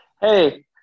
Hey